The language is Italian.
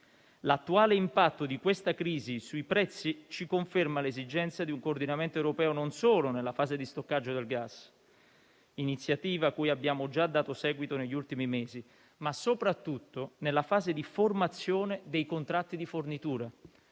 L'attuale impatto di questa crisi sui prezzi ci conferma l'esigenza di un coordinamento europeo nella fase non solo di stoccaggio del gas - iniziativa cui abbiamo già dato seguito negli ultimi mesi - ma anche e soprattutto di formazione dei contratti di fornitura.